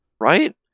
Right